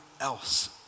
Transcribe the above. else